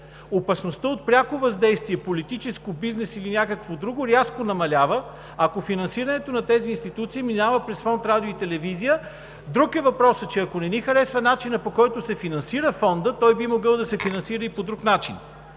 Опасността от пряко въздействие – политическо, бизнес или някакво друго, рязко намалява, ако финансирането на тези институции минава през Фонд „Радио и телевизия“. Друг е въпросът, че ако не ни харесва начинът, по който се финансира Фондът, той би могъл да се финансира и по друг начин.